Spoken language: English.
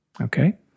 Okay